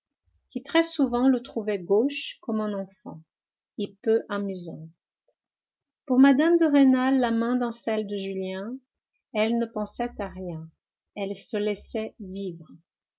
qui très souvent le trouvait gauche comme un enfant et peu amusant pour mme de rênal la main dans celle de julien elle ne pensait à rien elle se laissait vivre